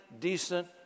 decent